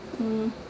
mm